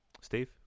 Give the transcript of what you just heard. Steve